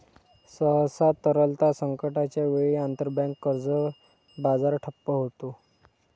सहसा, तरलता संकटाच्या वेळी, आंतरबँक कर्ज बाजार ठप्प होतो